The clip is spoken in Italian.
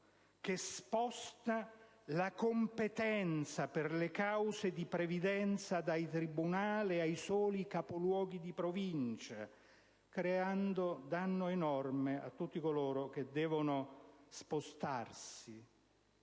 che sposta la competenza per le cause di previdenza dai tribunali ai soli capoluoghi di provincia, creando un danno enorme a tutti coloro che devono spostarsi.